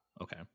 Okay